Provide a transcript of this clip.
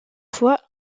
fois